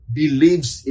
believes